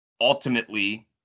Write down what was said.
Ultimately